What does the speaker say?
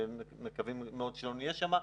ואנחנו מקווים מאוד שלא נהיה שם.